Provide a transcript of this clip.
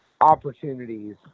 opportunities